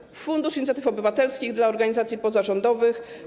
Chodzi o Fundusz Inicjatyw Obywatelskich dla organizacji pozarządowych.